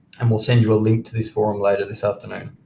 and we'll send you a link to this forum later this afternoon.